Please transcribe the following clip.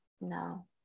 no